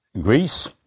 Greece